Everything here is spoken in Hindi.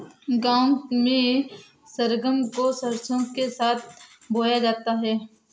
गांव में सरगम को सरसों के साथ बोया जाता है